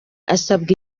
asabwa